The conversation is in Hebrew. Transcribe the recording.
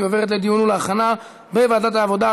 והיא עוברת לדיון ולהכנה בוועדת העבודה,